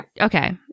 Okay